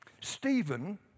Stephen